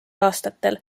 aastatel